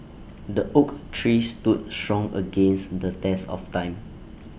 the oak tree stood strong against the test of time